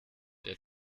der